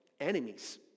enemies